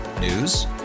News